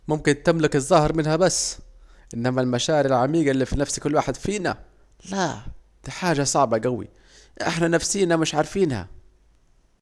ممكن تملك الي ظاهر منها بس، إنما المشاعر العميجة الي في كل واحد واحد فينا! لاه، دي حاجة صعبة جوي، إحنا نفسينا مش عارفينها